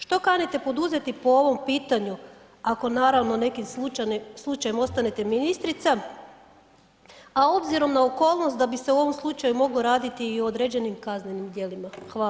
Što kanite poduzeti po ovom pitanju, ako naravno, nekim slučajem ostanete ministrica, a obzirom na okolnost da bi se u ovom slučaju moglo raditi i o određenim kaznenim djelima?